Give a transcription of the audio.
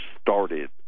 started